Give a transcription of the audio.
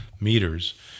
meters